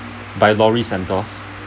by lauris santhos